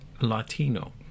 Latino